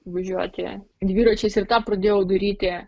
važiuoti dviračiais ir tą pradėjau daryti